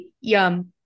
yum